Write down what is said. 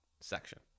section